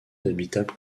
habitable